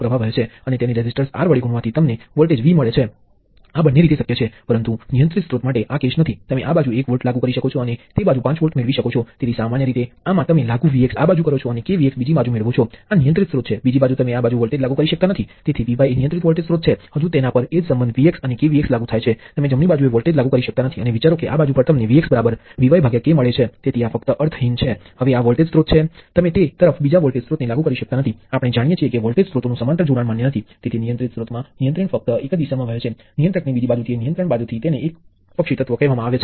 અમે અહીં તેની ચર્ચા કરીશું નહીં પરંતુ પછીથી જ્યારે તમે ટ્રાંઝિસ્ટર પર આવો ત્યારે તમે જોશો કે ટ્રાન્ઝિસ્ટરની વર્તણૂક અને ચોક્કસ સ્થિતિઓ વોલ્ટેજ નિયંત્રિત પ્રવાહ સ્ત્રોત દ્વારા સારી રીતે મોડેલ કરવામાં આવી છે